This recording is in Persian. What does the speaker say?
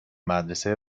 مدرسه